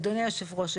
אדוני יושב הראש,